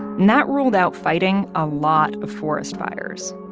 and that ruled out fighting a lot of forest fires.